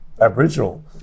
Aboriginal